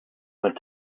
went